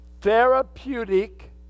therapeutic